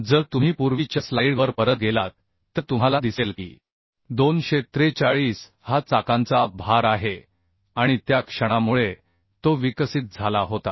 जर तुम्ही पूर्वीच्या स्लाइडवर परत गेलात तर तुम्हाला दिसेल की 243 हा चाकांचा भार आहे आणि त्या क्षणामुळे तो विकसित झाला होता